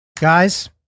guys